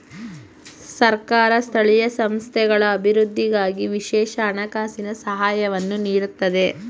ಸರ್ಕಾರ ಸ್ಥಳೀಯ ಸಂಸ್ಥೆಗಳ ಅಭಿವೃದ್ಧಿಗಾಗಿ ವಿಶೇಷ ಹಣಕಾಸಿನ ಸಹಾಯವನ್ನು ನೀಡುತ್ತದೆ